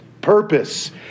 purpose